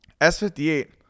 S58